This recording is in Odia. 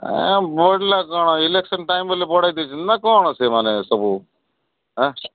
ଏ ବଢ଼େଇ କ'ଣ ଇଲେକ୍ସନ୍ ଟାଇମ୍ ବୋଲି ବଢ଼େଇ ଦେଇଛନ୍ତି ନା କ'ଣ ସେମାନେ ସବୁ